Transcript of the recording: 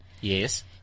Yes